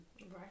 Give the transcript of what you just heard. Right